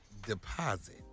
deposit